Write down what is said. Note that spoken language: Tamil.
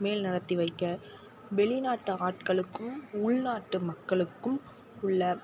மேல் நடத்தி வைக்க வெளிநாட்டு ஆட்களுக்கும் உள் நாட்டு மக்களுக்கும் உள்ள